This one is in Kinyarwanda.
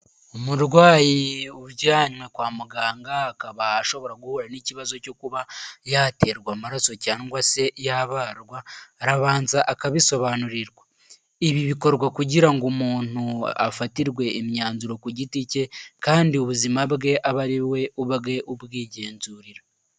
Umurwayi ujyanywe kwa muganga akaba ashobora guhura n'ikibazo cyo kuba yaterwa amaraso cyangwa se yabarwa, arabanza akabisobanurirwa, ibi bikorwa kugira ngo umuntu afatirwe imyanzuro ku giti cye kandi ubuzima bwe abe ari we ubwe ubwigenzurira.